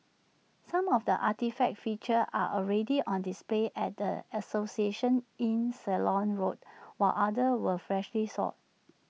some of the artefacts featured are already on display at the association in Ceylon road while others were freshly sought